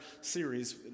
series